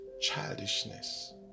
childishness